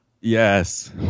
Yes